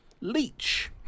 leech